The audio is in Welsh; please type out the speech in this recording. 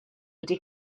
wedi